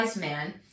man